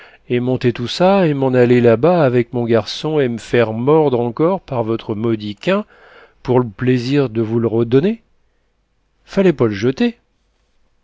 et monter tout ça et m'n aller là-bas avec mon garçon et m'faire mordre encore par votre maudit quin pour l'plaisir de vous le r'donner fallait pas l'jeter